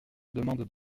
demandent